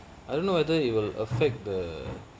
I don't know whether it will affect the